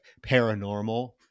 paranormal